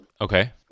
Okay